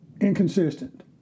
inconsistent